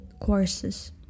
courses